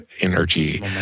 energy